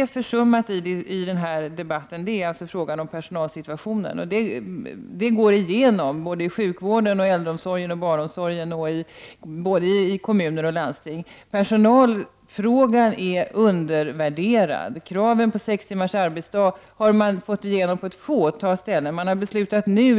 har försummats i den här debatten är frågan om personalsituationen. Det gäller då sjukvården, äldreomsorgen och barnomsorgen i både kommuner och landsting. Personalfrågan är undervärderad. Kraven på sex timmars arbetsdag har man fått igenom på endast ett fåtal ställen.